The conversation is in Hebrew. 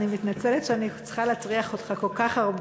אני מתנצלת שאני צריכה להטריח אותך כל כך הרבה.